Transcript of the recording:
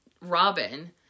Robin